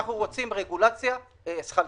אנחנו רוצים רגולציה שכלתנית,